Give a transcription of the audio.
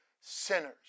sinners